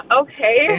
okay